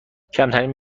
کمترین